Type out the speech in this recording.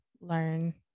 learn